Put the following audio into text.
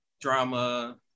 drama